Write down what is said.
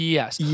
Yes